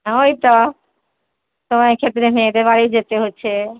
হ্যাঁ ওই তো সময়ক্ষেত্রে মেয়েদের বাড়ি যেতে হচ্ছে